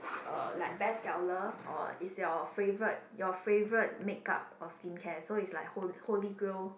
uh like bestseller or is your favourite your favourite makeup or skincare so is like hol~ Holy Grail